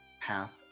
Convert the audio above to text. path